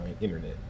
internet